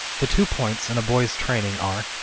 the two points in a boy's training are,